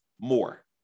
more